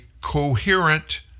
coherent